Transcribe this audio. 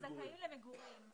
בדיוק, הם זכאים למגורים.